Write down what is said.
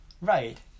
right